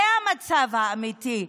זה המצב האמיתי.